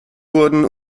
wurden